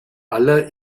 aller